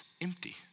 empty